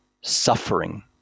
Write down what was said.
suffering